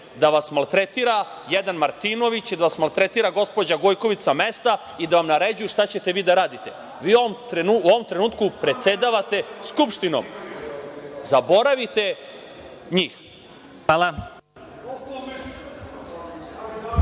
da vas maltretira jedan Martinović i da vas maltretira gospođa Gojković sa mesta i da vam naređuju šta ćete vi da radite. Vi u ovom trenutku predsedavate Skupštinom. Zaboravite njih.